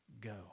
go